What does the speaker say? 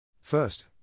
First